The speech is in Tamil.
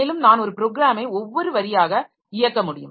மேலும் நான் ஒரு ப்ரோக்ராமை ஒவ்வொரு வரியாக இயக்க முடியும்